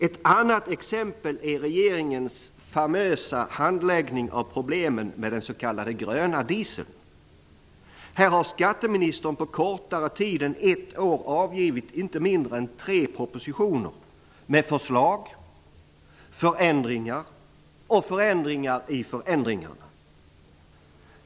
Ett annat exempel är regeringens famösa handläggning av problemen med den s.k. gröna dieseln. Här har skatteministern på kortare tid än ett år avgivit inte mindre än tre propositioner med förslag, förändringar och förändringar i förändringarna.